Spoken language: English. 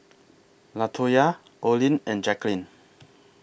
Latoyia Olin and Jacklyn